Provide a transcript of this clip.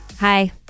Hi